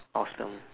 awesome